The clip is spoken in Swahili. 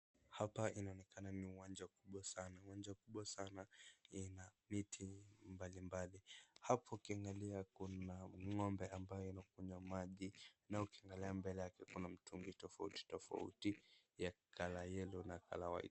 Hapa inaonekana ni uwanja kubwa sana, uwanja kubwa sana ina miti mbalimbali. Hapo ukiangalia kuna ng'ombe ambaye anakunywa maji. Na ukiangalia mbele yake kuna mtungi tofauti tofauti ya color yellow na color white .